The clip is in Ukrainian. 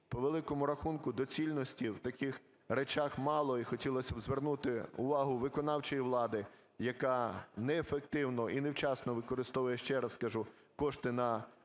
По великому рахунку, доцільності в таких речах мало. І хотілося б звернути увагу виконавчої влади, яка неефективно і невчасно використовує, ще раз кажу, кошти на